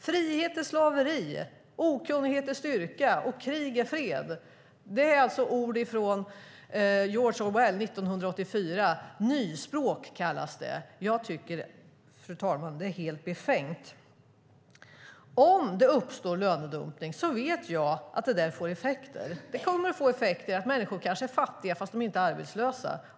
Frihet är slaveri, okunnighet är styrka och krig är fred. Det är ord från George Orwells 1984 . Det kallas för nyspråk. Jag tycker att det är helt befängt, fru talman. Om det uppstår lönedumpning vet jag att det får effekter. Det kommer att få effekter som att människor är fattiga fastän de inte är arbetslösa.